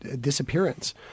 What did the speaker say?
Disappearance